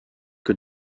que